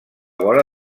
vora